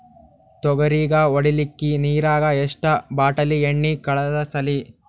ತೊಗರಿಗ ಹೊಡಿಲಿಕ್ಕಿ ನಿರಾಗ ಎಷ್ಟ ಬಾಟಲಿ ಎಣ್ಣಿ ಕಳಸಲಿ?